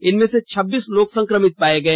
इनमें से छब्बीस लोग संक्रमित पाए गए